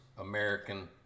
American